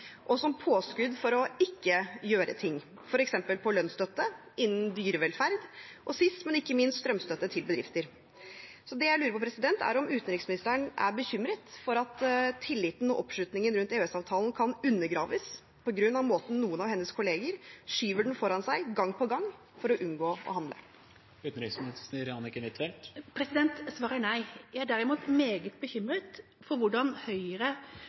som påskudd for ikke å gjøre ting, f.eks. med tanke på lønnsstøtte, innen dyrevelferd og nå sist – men ikke minst – strømstøtte til bedrifter. Det jeg lurer på, er om utenriksministeren er bekymret for at tilliten til og oppslutningen rundt EØS-avtalen kan undergraves på grunn av måten noen av hennes kolleger skyver den foran seg på, gang på gang, for å unngå å handle. Svaret er nei. Jeg er derimot meget bekymret for hvordan Høyre